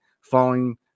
following